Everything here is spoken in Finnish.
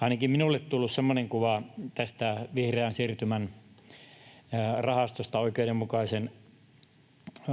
Ainakin minulle on tullut semmoinen kuva tästä vihreän siirtymän rahastosta,